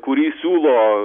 kurį siūlo